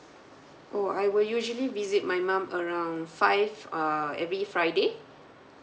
oh I will usually visit my mum around five uh every friday